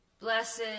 Blessed